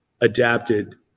adapted